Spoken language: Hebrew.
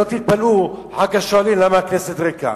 לא תתפלאו שאחר כך שואלים למה הכנסת ריקה.